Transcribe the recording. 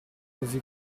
così